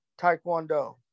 Taekwondo